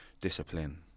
discipline